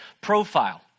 Profile